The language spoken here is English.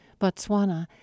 Botswana